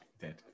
Dead